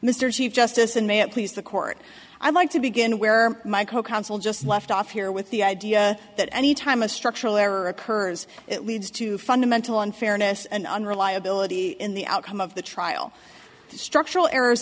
mr chief justice and may it please the court i'd like to begin where my co counsel just left off here with the idea that anytime a structural error occurs it leads to fundamental unfairness and unreliability in the outcome of the trial structural errors